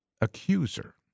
accuser